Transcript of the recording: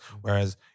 Whereas